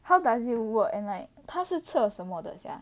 how does it work and like 它是侧什么的 sia